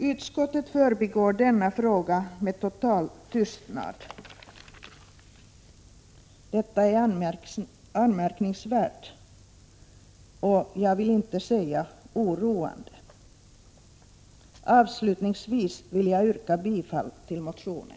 Utskottet förbigår denna fråga med total tystnad. Detta är anmärkningsvärt, för att inte säga oroande. Avslutningsvis vill jag yrka bifall till motionen.